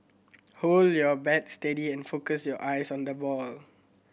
hold your bat steady and focus your eyes on the ball